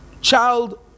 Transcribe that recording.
child